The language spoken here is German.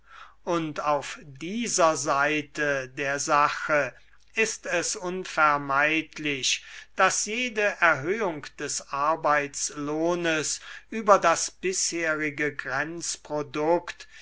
und auf dieser seite der sache ist es unvermeidlich daß jede erhöhung des arbeitslohnes über das bisherige